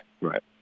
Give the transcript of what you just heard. Right